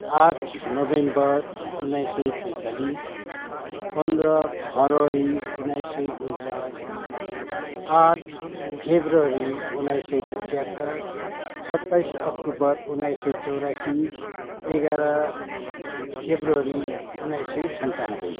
आठ नोभेम्बर उन्नाइस सय पैँतालिस पन्ध्र फरवरी उन्नाइस सय उनन्चास आठ फेब्रुअरी उन्नाइस सय पचहत्तर सताइस अक्टोबर उन्नाइस सय चौरासी एघार फेब्रुअरी उन्नाइस सय सन्तानब्बे